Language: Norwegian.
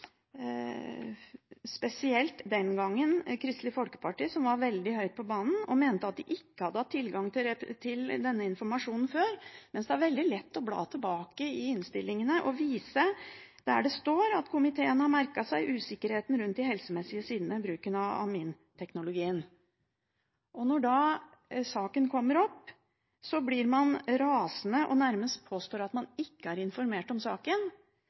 spesielt Kristelig Folkeparti som var veldig høyt på banen og mente at de ikke hadde hatt tilgang til denne informasjonen før. Men det er veldig lett å bla tilbake i innstillingene og vise at det står at komiteen har merket seg usikkerheten rundt de helsemessige sidene rundt bruken av aminteknologien. Når så saken kommer opp, blir man rasende og påstår nærmest at man ikke er informert om saken,